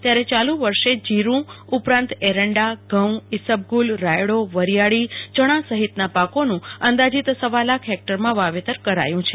ત્યારે ચાલ્ વર્ષે જીરૂ ઉપરાંત એરંડા ઘઉં ઈસબગુલ રાયડો વરીયાળી ચણા સહિતના પાકોનું અંદાજિત સવા લાખ હેકટરમાં વાવેતર કરાયું છે